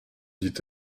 dit